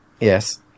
Yes